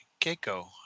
Keiko